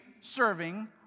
serving